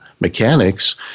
mechanics